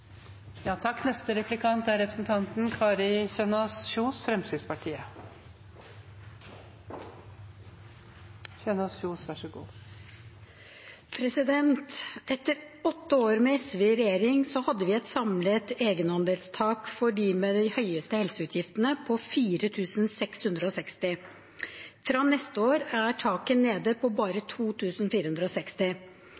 Etter åtte år med SV i regjering hadde vi et samlet egenandelstak for dem med de høyeste helseutgiftene, på 4 660 kr. Fra neste år er taket nede på bare